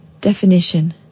Definition